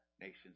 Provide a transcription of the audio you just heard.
nations